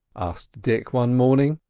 asked dick one morning.